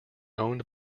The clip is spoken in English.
owned